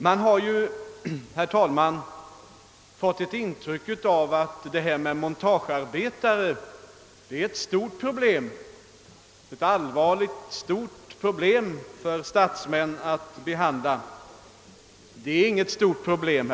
Man har ju, herr talman, fått ett intryck av att frågan om montagearbetarna är ett stort och allvarligt problem för statsmän att behandla. Det är inget stort problem.